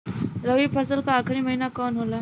रवि फसल क आखरी महीना कवन होला?